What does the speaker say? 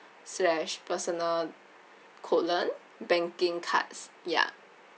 slash personal colon banking cards ya